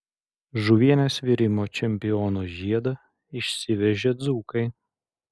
žuvienės virimo čempiono žiedą išsivežė dzūkai